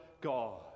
God